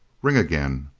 ring again!